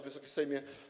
Wysoki Sejmie!